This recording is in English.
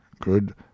good